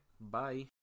Bye